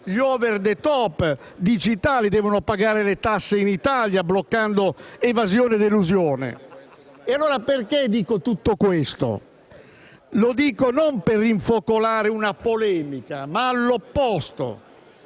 gli *over the top* digitali debbano pagare le tasse in Italia, bloccando evasione ed elusione. E allora perché dico tutto questo? Lo dico non per rinfocolare una polemica, ma all'opposto.